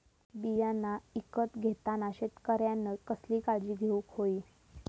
बियाणा ईकत घेताना शेतकऱ्यानं कसली काळजी घेऊक होई?